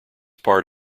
part